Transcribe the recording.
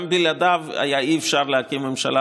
גם בלעדיו אי-אפשר היה להקים ממשלה,